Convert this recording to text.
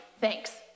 Thanks